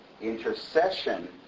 Intercession